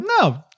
no